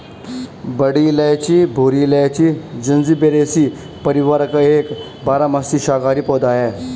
बड़ी इलायची भूरी इलायची, जिंजिबेरेसी परिवार का एक बारहमासी शाकाहारी पौधा है